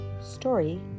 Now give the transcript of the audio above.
Story